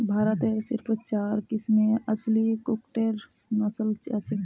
भारतत सिर्फ चार किस्मेर असली कुक्कटेर नस्ल हछेक